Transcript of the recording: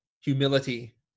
humility